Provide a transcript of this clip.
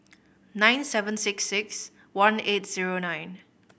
nine seven six six one eight zero nine